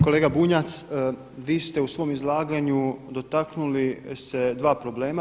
Kolega Bunjac, vi ste u svom izlaganju dotaknuli se dva problema.